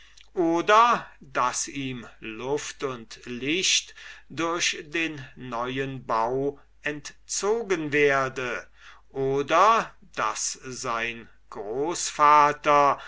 oder daß ihm luft und licht dadurch entzogen werde oder daß sein großvater